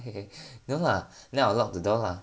no lah the I'll lock the door lah